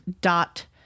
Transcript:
dot